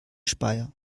speyer